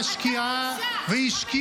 הממשלה שלך בושה.